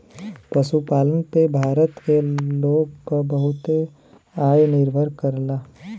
पशुपालन पे भारत के लोग क बहुते आय निर्भर करला